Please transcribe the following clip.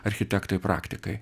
architektai praktikai